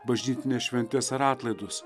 bažnytines šventes ar atlaidus